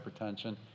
hypertension